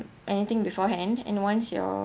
anything beforehand and once your